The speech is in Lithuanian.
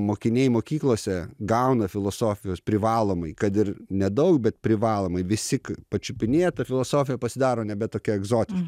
mokiniai mokyklose gauna filosofijos privalomai kad ir nedaug bet privalomai visi pačiupinėt ta filosofija pasidaro nebe tokia egzotiška